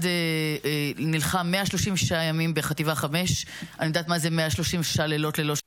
הנושא הראשון שעל סדר-היום, שאילתות דחופות.